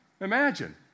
Imagine